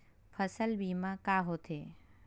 फसल बीमा का होथे?